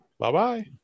Bye-bye